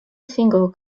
single